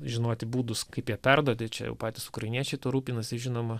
žinoti būdus kaip ją perduoti čia jau patys ukrainiečiai tuo rūpinasi žinoma